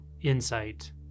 insight